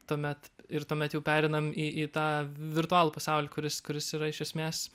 tuomet ir tuomet jau pereinam į į tą virtualų pasaulį kuris kuris yra iš esmės